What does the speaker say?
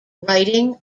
writing